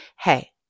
hey